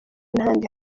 n’ahandi